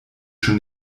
schon